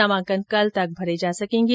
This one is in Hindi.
नामांकन कल तक भरे जा सकेंगे